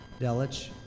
Delich